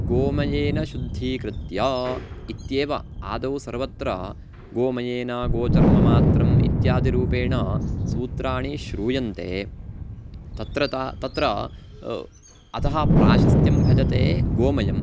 गोमयेन शुद्धीकृत्य इत्येव आदौ सर्वत्र गोमयेन गोचर्ममात्रम् इत्यादिरूपेण सूत्राणि श्रूयन्ते तत्र ता तत्र अतः प्राशस्त्यं भजते गोमयम्